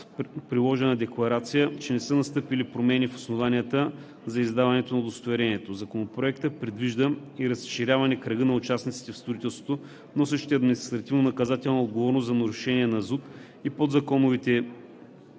приложена декларация, че не са настъпили промени в основанията за издаване на удостоверението. Законопроектът предвижда и разширяване кръга на участниците в строителството, носещи административнонаказателна отговорност за нарушения на Закона